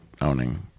owning